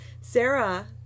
Sarah